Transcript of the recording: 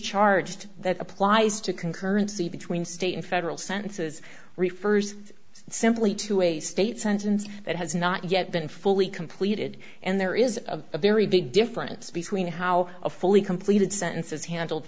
undischarged that applies to concurrency between state and federal sentences refers simply to a state sentence that has not yet been fully completed and there is a very big difference between how a fully completed sentence is handled